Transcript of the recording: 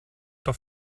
doch